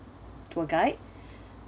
tour guide